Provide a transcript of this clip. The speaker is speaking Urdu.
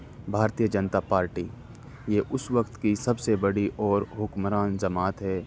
بھارتیہ جنتا پارٹی یہ اس وقت کی سب سے بڑی اور حکمران جماعت ہے